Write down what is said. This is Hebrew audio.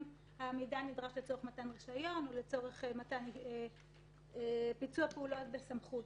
המידע נדרש לצורך מתן רישיון או לצורך ביצוע פעולות בסמכות,